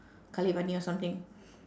kalaivaani or something